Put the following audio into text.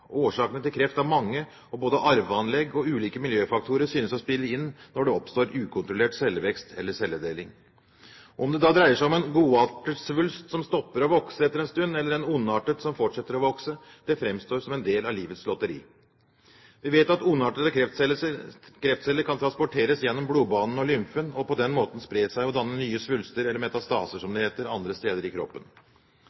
Årsakene til kreft er mange, og både arveanlegg og ulike miljøfaktorer synes å spille inn når det oppstår ukontrollert cellevekst eller celledeling. Om det dreier seg om en godartet svulst som stopper å vokse etter en stund, eller en ondartet som fortsetter å vokse, framstår som en del av livets lotteri. Vi vet at ondartete kreftceller kan transporteres gjennom blodbanene og lymfen og på den måten spre seg og danne nye svulster, eller metastaser som